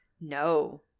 No